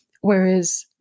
whereas